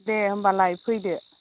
दे होमबालाय फैदो